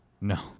No